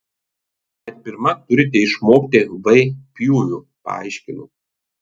bet pirma turite išmokti v pjūvio paaiškino